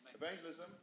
evangelism